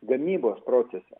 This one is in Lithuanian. gamybos procese